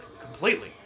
Completely